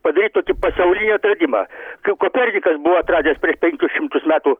padaryt tokį pasaulinį atradimą jau kopernikas buvo atradęs prieš penkis šimtus metų